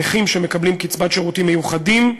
נכים שמקבלים קצבת שירותים מיוחדים,